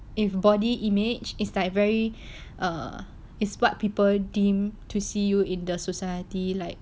if body image is like very err is what people deemed to see you in the society like